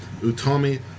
Utami